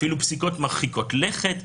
אפילו פסיקות מרחיקות לכת.